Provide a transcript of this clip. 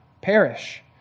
perish